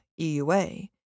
EUA